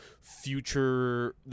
future